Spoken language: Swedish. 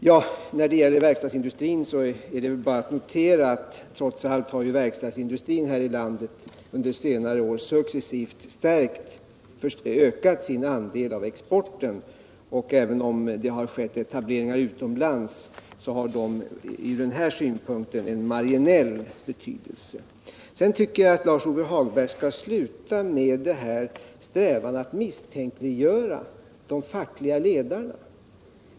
När det gäller frågan om verkstadsindustrin är det kanske bara att notera att den industrin här i landet trots allt under senare år successivt har ökat sin andel av exporten. Även om det har skett etableringar utomlands, så har de från den här synpunkten en marginell betydelse. Jag tycker vidare att Lars-Ove Hagberg skall sluta med att försöka misstänkliggöra de fackliga ledarna.